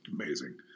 Amazing